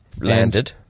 Landed